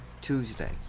Tuesday